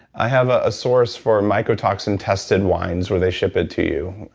i have a source for mycotoxin tested wines where they ship it to you,